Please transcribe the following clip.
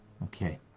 Okay